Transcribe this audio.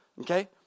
Okay